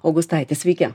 augustaitis sveiki